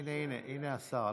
הינה, הינה השר.